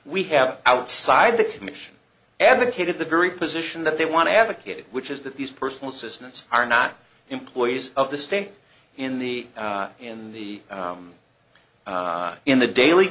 we have outside the commission advocated the very position that they want to advocate which is that these personal assistants are not employees of the stay in the in the in the daily